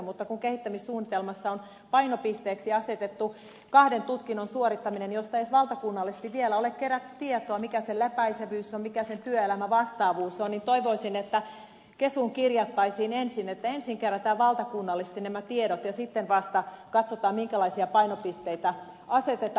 mutta kun kehittämissuunnitelmassa on painopisteeksi asetettu kahden tutkinnon suorittaminen josta ei edes valtakunnallisesti vielä ole kerätty tietoa mikä sen läpäisevyys on mikä sen työelämän vastaavuus on niin toivoisin että kesuun kirjattaisiin ensin että ensin kerätään valtakunnallisesti nämä tiedot ja sitten vasta katsotaan minkälaisia painopisteitä asetetaan